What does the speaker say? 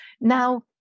now